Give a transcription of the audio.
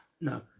No